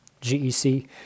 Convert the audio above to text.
GEC